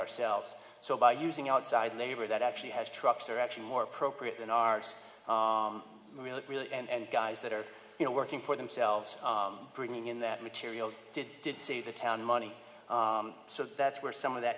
ourselves so by using outside labor that actually has trucks that are actually more appropriate than ours really really and guys that are you know working for themselves bringing in that material did did see the town money so that's where some of that